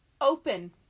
Open